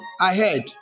ahead